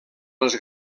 les